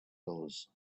dollars